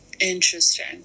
interesting